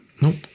nope